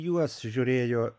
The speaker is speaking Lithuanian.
juos žiūrėjo